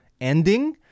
ending